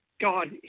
God